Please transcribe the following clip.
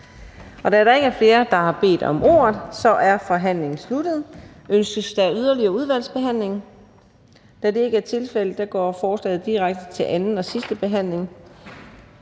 Da der ikke er flere, der har bedt om ordet, er forhandlingen sluttet. Ønskes der udvalgsbehandling? Da det ikke er tilfældet, går forslaget til folketingsbeslutning